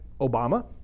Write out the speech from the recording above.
Obama